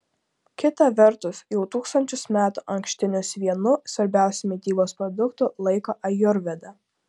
kita vertus jau tūkstančius metų ankštinius vienu svarbiausiu mitybos produktu laiko ajurveda